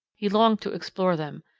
he longed to explore them,